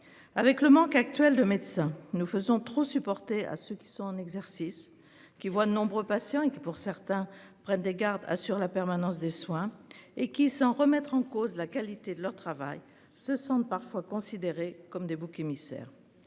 avec le manque actuel de médecins nous faisons trop supporter à ceux qui sont en exercice qui voient de nombreux patients et puis pour certains prennent des gardes assure la permanence des soins et qui, sans remettre en cause la qualité de leur travail se sentent parfois considérés comme des boucs émissaires.